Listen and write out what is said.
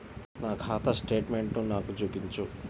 నా ఖాతా స్టేట్మెంట్ను నాకు చూపించు